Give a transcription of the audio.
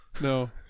no